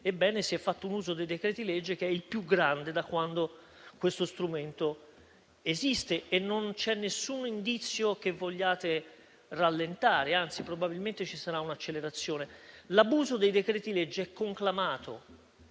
Ebbene, si è fatto un uso dei decreti-legge che è il più grande da quando questo strumento esiste e non c'è alcun indizio che vogliate rallentare, anzi, probabilmente ci sarà un'accelerazione. L'abuso dei decreti-legge è conclamato